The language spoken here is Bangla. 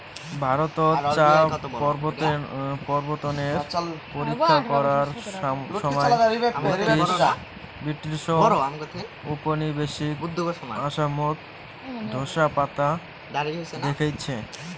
ভারতত চা প্রবর্তনের পরীক্ষা করার সমাই ব্রিটিশ উপনিবেশিক আসামত ঢোসা পাতা দেইখছে